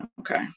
Okay